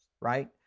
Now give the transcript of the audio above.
right